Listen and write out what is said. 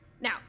Now